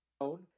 own